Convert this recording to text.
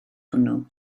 hwnnw